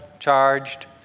charged